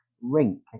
rink